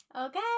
Okay